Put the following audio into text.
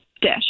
dish